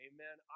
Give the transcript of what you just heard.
Amen